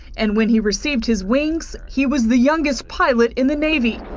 and when he received his wings, he was the youngest pilot in the navy.